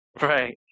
Right